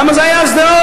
כמה זה היה בשדרות?